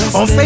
on